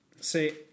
say